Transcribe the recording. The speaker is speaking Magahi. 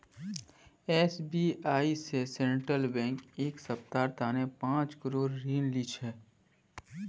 एस.बी.आई स सेंट्रल बैंक एक सप्ताहर तने पांच करोड़ ऋण लिल छ